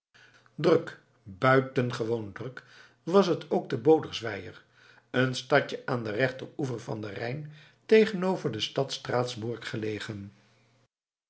druk buitengewoon druk was het ook te bodersweier een stadje aan den rechteroever van den rijn tegenover de stad straatsburg gelegen